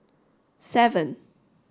seven